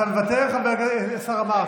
אתה מוותר, השר עמאר?